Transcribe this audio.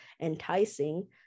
enticing